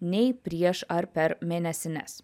nei prieš ar per mėnesines